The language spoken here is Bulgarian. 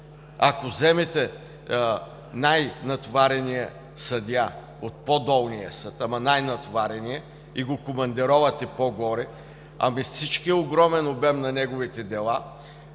Ако вземете най-натоварения съдия от по-долния съд, ама най-натоварения и го командировате по-горе, всичкият огромен обем на неговите дела,